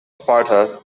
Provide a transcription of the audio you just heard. sparta